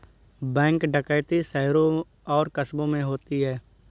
bank डकैती शहरों और कस्बों में होती है